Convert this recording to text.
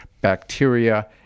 bacteria